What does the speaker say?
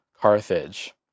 Carthage